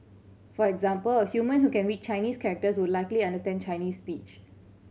for example a human who can read Chinese characters would likely understand Chinese speech